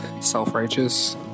self-righteous